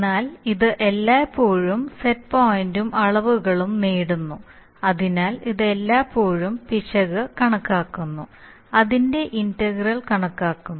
എന്നാൽ ഇത് എല്ലായ്പ്പോഴും സെറ്റ് പോയിന്റും അളവുകളും നേടുന്നു അതിനാൽ ഇത് എല്ലായ്പ്പോഴും പിശക് കണക്കാക്കുന്നു അതിന്റെ ഇന്റഗ്രൽ കണക്കാക്കുന്നു